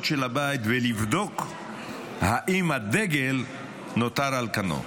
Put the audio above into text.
של הבית ולבדוק אם הדגל נותר על כנו.